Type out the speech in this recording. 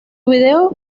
video